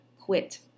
quit